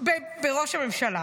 בראש הממשלה.